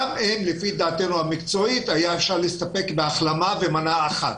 א לפי דעתנו המקצועית היה אפשר להסתפק בהחלמה במנה אחת.